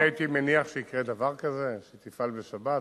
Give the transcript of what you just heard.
אני הייתי מניח שיקרה דבר כזה, שתפעל בשבת?